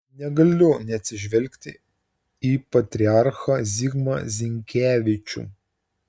negaliu neatsižvelgti į patriarchą zigmą zinkevičių